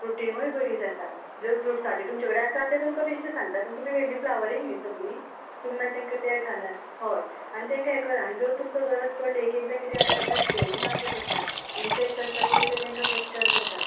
रुटींगूय बरें जाता जर तुमचे कडेन फ्रुट्साचे आसत जाल्यार तें तुमकां बेश्टें सांगता पूण तुमी व्हेल्ली फ्लावरींग न्हय सगलीं तुमी मागीर तेंकां ते घालात हय आनी तेंकां हें करा आनी जर तुमकां गरज पडली एकएकदां किदें जाता तेंकां स्प्रेयू मारचें पडटा इनसेक्ट आसता पळय ते तेंकां कॅप्चर करता